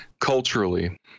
culturally